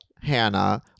Hannah